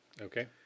Okay